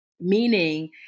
meaning